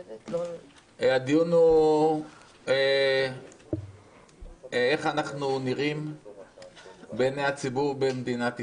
הדיון הוא איך אנחנו נראים בעיני הציבור במדינת ישראל,